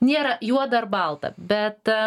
nėra juoda ar balta bet